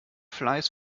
fleiß